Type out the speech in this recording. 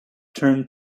turned